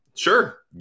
sure